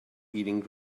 eating